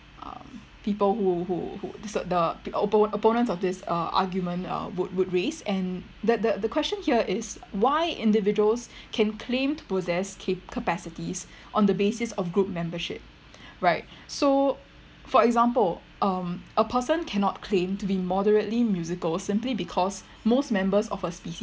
um people who who who this uh the oppo~ opponents of this uh argument uh would would raised and the the the question here is why individuals can claim to possess ca~ capacities on the basis of group membership right so for example um a person cannot claim to be moderately musical simply because most members of a species